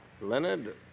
Leonard